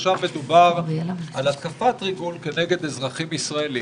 עכשיו מדובר על התקפת ריגול כנגד אזרחים ישראלים,